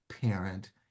parent